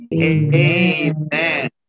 Amen